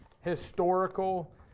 historical